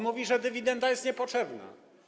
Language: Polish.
Mówi, że dywidenda jest niepotrzebna.